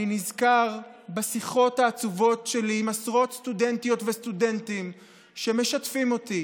אני נזכר בשיחות העצובות שלי עם עשרות סטודנטיות וסטודנטים שמשתפים אותי